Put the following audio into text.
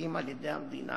לפרקליטים על-ידי המדינה,